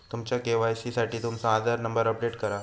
तुमच्या के.वाई.सी साठी तुमचो आधार नंबर अपडेट करा